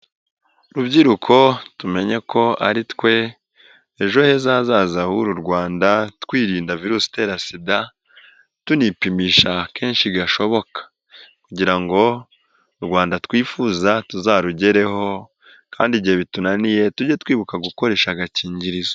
Rubyiruko tumenye ko ari twe ejo heza hazaza h'uru rwanda twirinda virusi itera sida tunipimishaka kenshi gashoboka kugira ngo u Rwanda twifuza tuzarugereho kandi igihe bitunaniye tujye twibuka gukoresha agakingirizo.